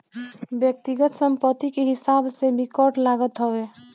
व्यक्तिगत संपत्ति के हिसाब से भी कर लागत हवे